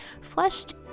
flushed